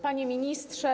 Panie Ministrze!